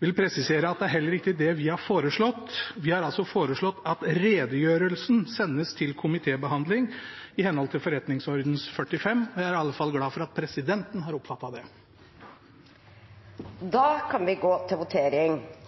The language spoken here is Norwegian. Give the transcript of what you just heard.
Jeg vil presisere at det er heller ikke det vi har foreslått. Vi har altså foreslått at redegjørelsen sendes til komitébehandling i henhold til forretningsordenens § 45. Jeg er i alle fall glad